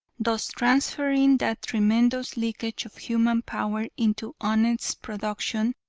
thus transferring that tremendous leakage of human power into honest production,